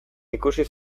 ikusi